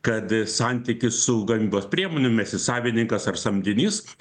kad santykis su gamybos priemonėmis esi savininkas ar samdinys